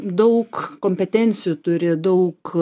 daug kompetencijų turi daug